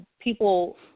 people